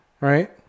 right